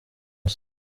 hose